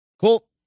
Cool